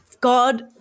God